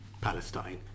Palestine